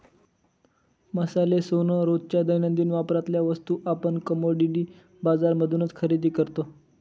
मसाले, सोन, रोजच्या दैनंदिन वापरातल्या वस्तू आपण कमोडिटी बाजार मधूनच खरेदी करतो